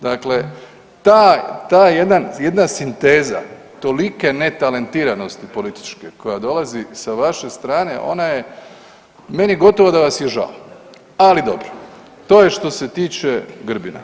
Dakle, taj, ta jedna sinteza tolike netalentiranosti političke koja dolazi sa vaše strane ona je, meni gotovo da vas je žao, ali dobro to je što se tiče Grbina.